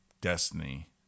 Destiny